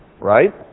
Right